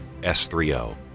S3O